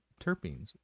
terpenes